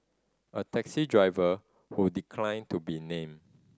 a taxi driver who declined to be named